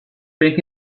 think